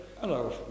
hello